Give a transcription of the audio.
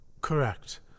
Correct